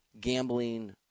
gambling